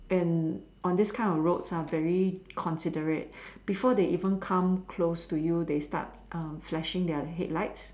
and this kind of roads lah very considerate before they even come close to you they start err flashing their head light